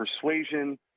persuasion